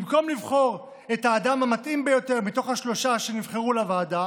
במקום לבחור את האדם המתאים ביותר מתוך השלושה שנבחרים לוועדה,